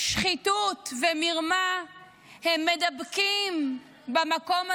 שחיתות ומרמה הם מידבקים במקום הזה,